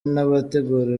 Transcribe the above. n’abategura